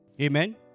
Amen